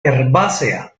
herbácea